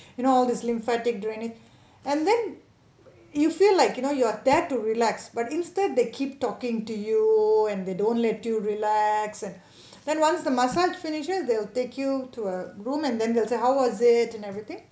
you know all this lymphatic draining and then you feel like you know you are there to relax but instead they keep talking to you and they don't let you relax then once the massage finishes they'll take you to a room and then they will say how was it and everything